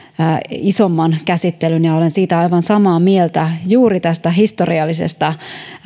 isomman käsittelyn ja olen siitä aivan samaa mieltä juuri tästä historiallisesta